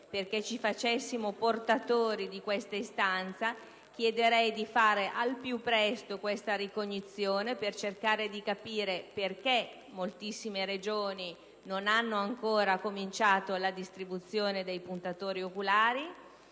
perché ci facessimo portatori di questa istanza, chiederei di fare al più presto tale ricognizione per cercare di capire per quali ragioni moltissime Regioni non hanno ancora iniziato la distribuzione dei puntatori oculari.